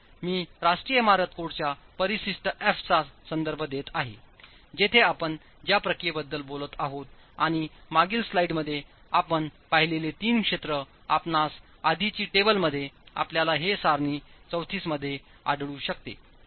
म्हणून मीराष्ट्रीय इमारत कोडच्यापरिशिष्ट एफ चा संदर्भ देतआहे जिथे आपण ज्या प्रक्रियेबद्दल बोलत आहोतआणि मागील स्लाइडमध्येआपणपाहिलेली3 क्षेत्र आपणास आधीची टेबल मध्ये आपल्यालाहे सारणी 34 मध्ये आढळू शकते